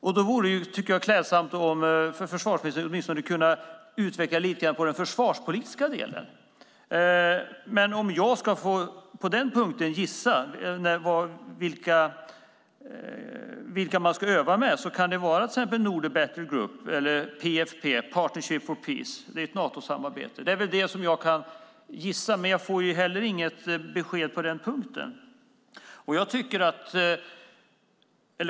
Jag tycker att det vore klädsamt om försvarsministern åtminstone kunde utveckla lite grann på den försvarspolitiska delen. Men om jag ska gissa på den punkten vilka man ska öva med kan det vara till exempel Nordic Battlegroup eller PFP, Partnership for Peace. Det är vad jag kan gissa, men jag får inget besked på denna punkt.